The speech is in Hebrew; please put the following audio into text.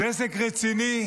זה עסק רציני,